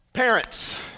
Parents